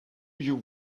you